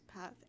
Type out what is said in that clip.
path